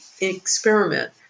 experiment